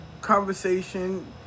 conversation